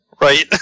right